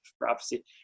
prophecy